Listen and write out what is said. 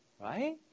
Right